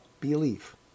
belief